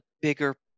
bigger